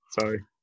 sorry